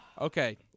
Okay